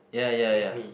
ya ya ya